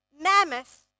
mammoth